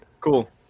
Cool